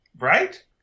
right